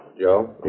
Joe